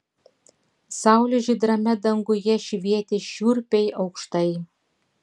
saulė žydrame danguje švietė šiurpiai aukštai